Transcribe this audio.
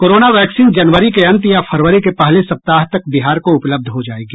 corona vaccine जनवरी के अंत या फरवरी के पहले सप्ताह तक बिहार को उपलब्ध हो जायेगी